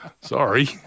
sorry